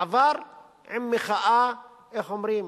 עבר עם מחאה, איך אומרים?